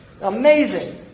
Amazing